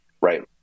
right